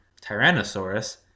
Tyrannosaurus